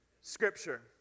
Scripture